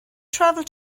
travel